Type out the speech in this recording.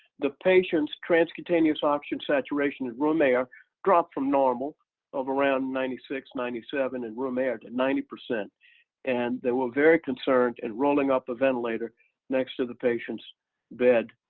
the patient's transcutaneous oxygen saturation at room air dropped from normal of around ninety six ninety seven at and room air, at and ninety percent and they were very concerned and rolling up a ventilator next to the patient's bed.